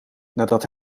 nadat